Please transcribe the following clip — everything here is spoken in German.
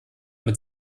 mit